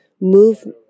move